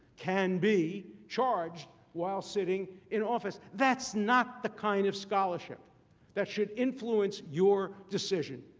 can be charged while sitting in office. that's not the kind of scholarship that should influence your decision.